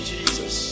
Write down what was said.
Jesus